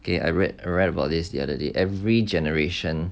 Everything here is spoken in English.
okay I read read about this the other day every generation